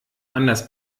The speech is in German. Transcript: anders